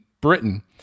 Britain